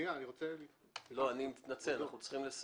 אני מתנצל, אנחנו צריכים לסיים.